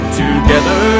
together